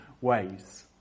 ways